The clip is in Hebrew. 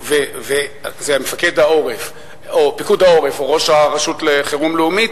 וזה מפקד העורף או פיקוד העורף או ראש רשות החירום הלאומית,